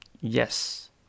yes